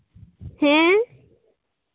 ᱦᱮᱸ